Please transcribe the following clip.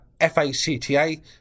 F-A-C-T-A